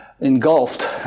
engulfed